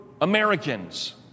Americans